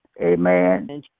Amen